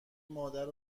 مادر